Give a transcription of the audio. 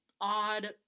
odd